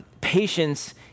Patience